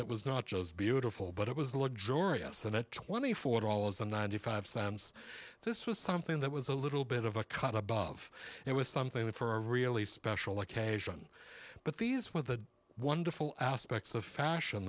that was not just beautiful but it was a luxurious than a twenty four dollars and ninety five cents this was something that was a little bit of a cut above it was something for a really special occasion but these were the wonderful aspects of fashion